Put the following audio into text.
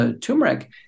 Turmeric